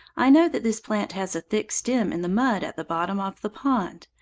i know that this plant has a thick stem in the mud at the bottom of the pond,